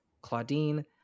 Claudine